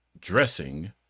dressing